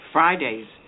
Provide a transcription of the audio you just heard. Fridays